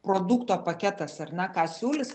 produkto paketas ar ne ką siūlys